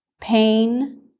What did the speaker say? pain